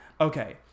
Okay